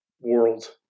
world